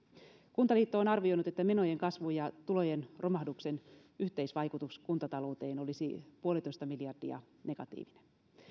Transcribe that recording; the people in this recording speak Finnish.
kuntaliitto on arvioinut että menojen kasvun ja tulojen romahduksen yhteisvaikutus kuntatalouteen olisi puolitoista miljardia negatiivinen